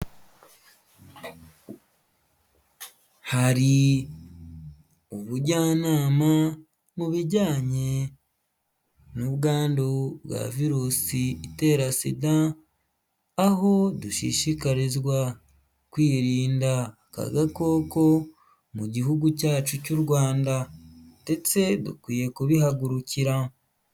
Hari ubujyanama mu bijyanye n'ubwandu bwa virusi itera Sida, aho dushishikarizwa kwirinda aka agakoko mu gihugu cyacu cy'u Rwanda ndetse dukwiye kubihagurukira.